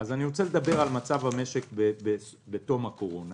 אני רוצה לדבר על מצב המשק בתום הקורונה.